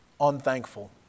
Unthankful